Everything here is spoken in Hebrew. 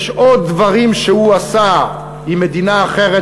יש עוד דברים שהוא עשה עם מדינה אחרת,